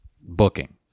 booking